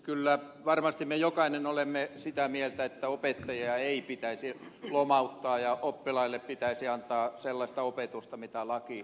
kyllä varmasti me jokainen olemme sitä mieltä että opettajia ei pitäisi lomauttaa ja oppilaille pitäisi antaa sellaista opetusta mitä laki edellyttää